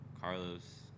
Carlos